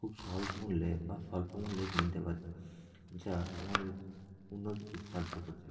খুব সহজ মূল্যে বা স্বল্প মূল্যে কিনতে পারে যা আমাদের উন্নতিতে সাহায্য করে থাকে